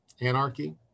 anarchy